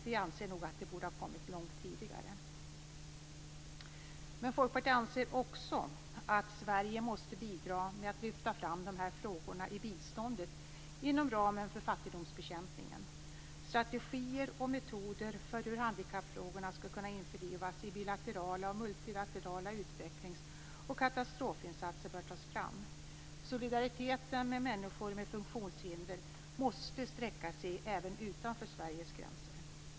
Vi anser dock att den borde ha kommit långt tidigare. Folkpartiet anser också att Sverige måste bidra genom att lyfta fram dessa frågor i biståndet inom ramen för fattigdomsbekämpningen. Strategier och metoder för hur handikappfrågor skall kunna införlivas i bilaterala och multilaterala utvecklings och katastrofinsatser bör tas fram. Solidariteten med människor med funktionshinder måste sträcka sig även utanför Sveriges gränser.